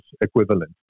equivalent